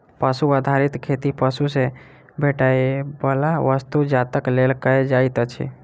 पशु आधारित खेती पशु सॅ भेटैयबला वस्तु जातक लेल कयल जाइत अछि